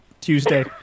Tuesday